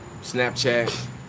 Snapchat